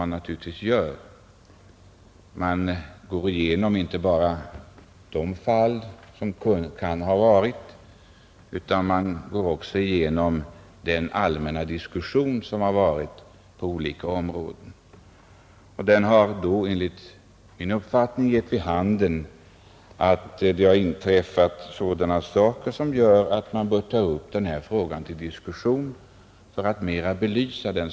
Jag går inte bara igenom de fall som kan ha inträffat utan jag erinrar mig även den allmänna diskussionen som kan ha förts på olika områden. Jag har då enligt min uppfattning kommit fram till att sådana saker inträffat att frågan bör tas upp till diskussion för att bättre kunna belysa den.